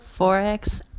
Forex